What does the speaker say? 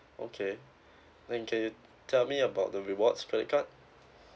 okay then can you tell me about the rewards credit card